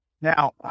Now